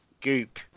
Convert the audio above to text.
goop